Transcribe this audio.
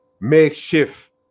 makeshift